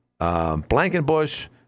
Blankenbush